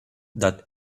that